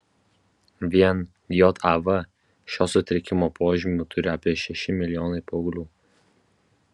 vien jav šio sutrikimo požymių turi apie šeši milijonai paauglių